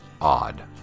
odd